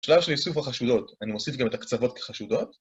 בשלב של איסוף החשודות אני מוסיף גם את הקצוות כחשודות